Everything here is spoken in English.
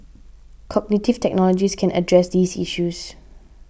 cognitive technologies can address these issues